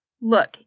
Look